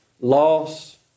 loss